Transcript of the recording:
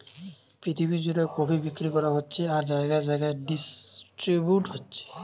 পৃথিবী জুড়ে কফি বিক্রি করা হচ্ছে আর জাগায় জাগায় ডিস্ট্রিবিউট হচ্ছে